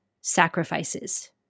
sacrifices